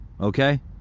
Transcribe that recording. Okay